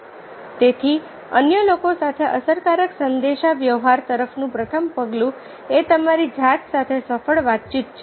તેથી અન્ય લોકો સાથે અસરકારક સંદેશાવ્યવહાર તરફનું પ્રથમ પગલું એ તમારી જાત સાથે સફળ વાતચીત છે